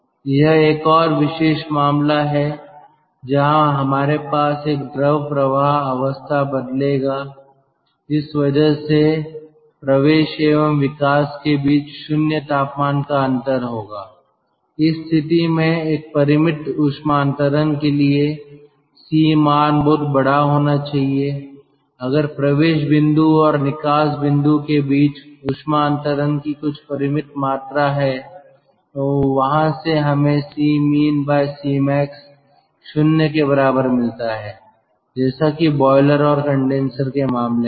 यह एक और विशेष मामला है जहां हमारे पास एक द्रव प्रवाह अवस्था बदलेगा जिस वजह से प्रवेश एवं विकास के बीच 0 तापमान का अंतर होगा इस स्थिति में एक परिमित उष्मा अंतरण के लिए C मान बहुत बड़ा होना चाहिए अगर प्रवेश बिंदु और निकास बिंदु के बीच ऊष्मा अंतरण की कुछ परिमित मात्रा है तो वहां से हमें C min by C max 0 के बराबर मिलता है जैसा कि बॉयलर और कंडेनसर के मामले में है